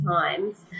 times